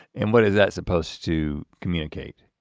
and what is that supposed to communicate?